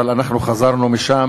אבל אנחנו חזרנו משם